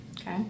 Okay